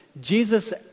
Jesus